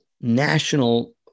national